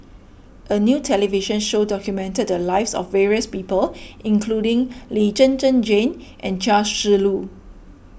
a new television show documented the lives of various people including Lee Zhen Zhen Jane and Chia Shi Lu